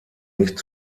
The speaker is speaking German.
nicht